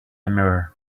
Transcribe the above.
mirror